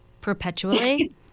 perpetually